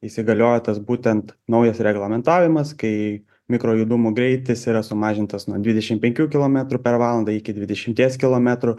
įsigaliojo tas būtent naujas reglamentavimas kai mikrojudumo greitis yra sumažintas nuo dvidešimt penkių kilometrų per valandą iki dvidešimties kilometrų